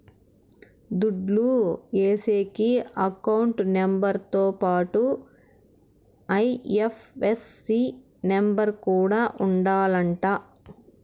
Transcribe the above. దుడ్లు ఏసేకి account number తో పాటుగా ఐ.ఎఫ్.ఎస్.సి నెంబర్ కూడా ఉండాలంట